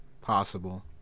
possible